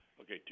Okay